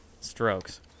strokes